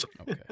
Okay